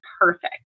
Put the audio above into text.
perfect